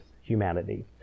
humanity